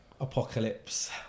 apocalypse